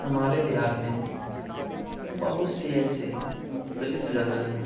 ہمارے بہار میں بہت سی ایسے مختلف جگہ ہیں